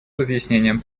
разъяснением